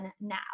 now